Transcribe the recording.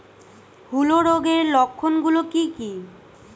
হূলো রোগের লক্ষণ গুলো কি কি?